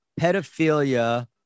pedophilia